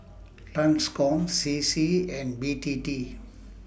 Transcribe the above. TRANSCOM C C and B T T